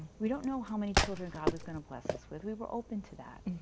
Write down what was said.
we didn't know how many children god was going to bless us with, we were open to that.